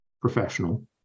professional